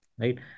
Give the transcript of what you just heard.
right